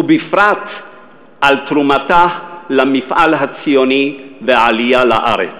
ובפרט על תרומתה למפעל הציוני והעלייה לארץ.